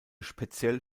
speziell